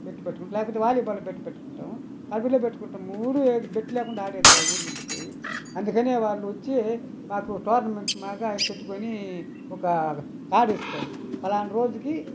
బెట్టు పెట్టుకుంటాము లేకపోతే volleyball bet పెట్టుకుంటాము కబడిలో పెట్టుకుంటాము మూడు ఏది బెట్ లేకుండా ఆడేదిలే ఊరు నుంచి పోయి అందుకనే వాళ్లొచ్చి మాకు టోర్నమెంటు లాగా పెట్టుకొని ఒక కార్డు ఇస్తారు పలనా రోజుకి